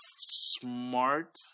smart